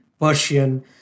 Persian